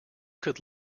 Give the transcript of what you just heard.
could